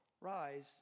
rise